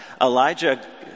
Elijah